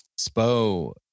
spo